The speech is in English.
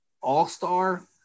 all-star